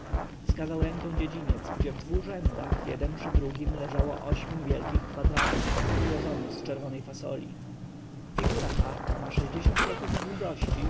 wskazał ręką na dziedziniec gdzie w dwu rzędach jeden przy drugim leżało osiem wielkich kwadratów ułożonych z czerwonej fasoli figura ta ma sześćdziesiąt kroków długości